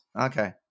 Okay